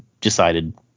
decided